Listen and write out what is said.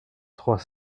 trois